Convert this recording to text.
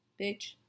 bitch